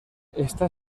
está